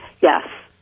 Yes